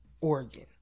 Oregon